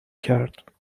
کرد